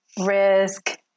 risk